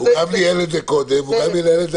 הוא גם ניהל את זה קודם והוא גם ינהל את זה